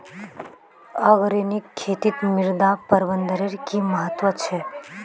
organic खेतीत मृदा प्रबंधनेर कि महत्व छे